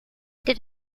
did